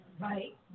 Right